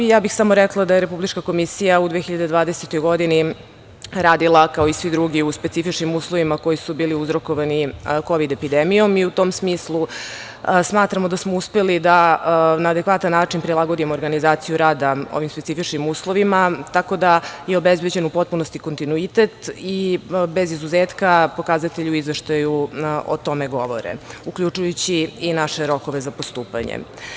Rekla bih samo da je Republička komisija u 2020. godini radila, kao i svi drugi, u specifičnim uslovima koji su bili uzrokovani kovid epidemijom i u tom smislu smatramo da smo uspeli da na adekvatan način prilagodimo organizaciju rada u ovim specifičnim uslovima, tako da je obezbeđen u potpunosti kontinuitet i bez izuzetka pokazatelji u izveštaju o tome govore, uključujući i naše rokove za postupanje.